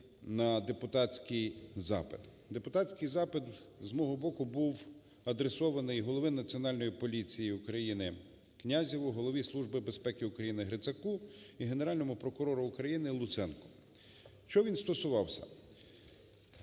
на депутатський запит. Депутатський запит з мого боку був адресований голові Національної поліції України Князєву, Голові Служби безпеки України Грицаку і Генеральному прокурору України Луценку. Чого він стосувався?